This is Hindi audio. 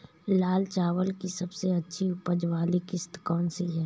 लाल चावल की सबसे अच्छी उपज वाली किश्त कौन सी है?